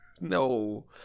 No